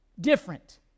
different